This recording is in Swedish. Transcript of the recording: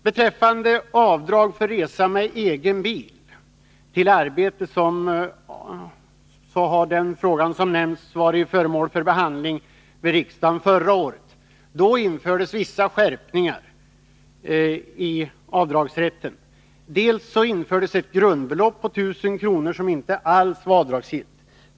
Beträffande avdrag för resa med egen bil till arbetet har den frågan, som nämnts, varit föremål för behandling i riksdagen förra året. Då infördes vissa skärpningar i avdragsrätten. Det infördes ett grundbelopp på 1 000 kr. som inte var avdragsgillt.